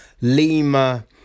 Lima